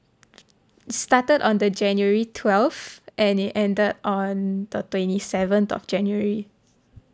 started on the january twelfth and it ended on the twenty seventh of january